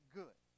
good